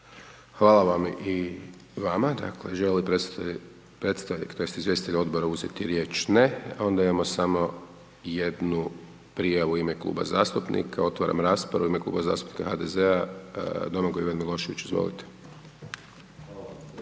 Hvala vam i vama. Dakle, želi li predstojnik to jest izvjestitelj Odbora uzeti riječ? Ne. Onda imamo samo jednu prijavu u ime Kluba zastupnika. Otvaram raspravu. U ime Kluba zastupnika HDZ-a, Domagoj Ivan Milošević. Izvolite.